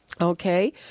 Okay